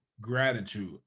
gratitude